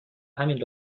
همین